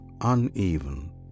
uneven